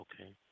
okay